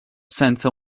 senza